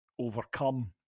overcome